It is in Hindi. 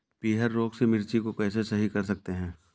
पीहर रोग से मिर्ची को कैसे सही कर सकते हैं?